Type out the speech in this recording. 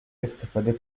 استفاده